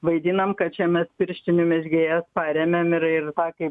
vaidinam kad čia mes pirštinių mezgėjas paremiam ir ir tą kaip